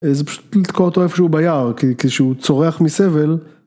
‫זה פשוט לתקוע אותו איפשהו ביער, ‫כי כשהוא צורח מסבל.